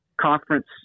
conference